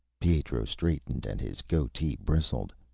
pietro straightened, and his goatee bristled.